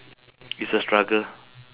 it's a struggle